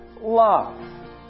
love